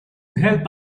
help